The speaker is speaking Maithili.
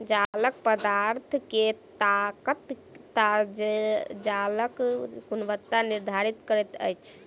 जालक पदार्थ के ताकत जालक गुणवत्ता निर्धारित करैत अछि